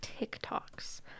tiktoks